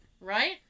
Right